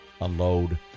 unload